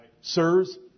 Sirs